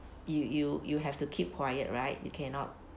you you you have to keep quiet right you cannot